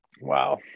Wow